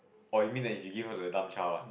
or you mean that you give us a dumb child ah